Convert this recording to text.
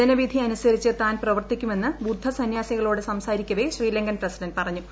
ജനവിധി അനുസരിച്ച് താൻ പ്രവർത്തിക്കുമെന്ന് ബുദ്ധ സന്യാസികളോട് സംസാരിക്കവെ ശ്രീലങ്കൻ പ്രസിഡന്റ് പറഞ്ഞു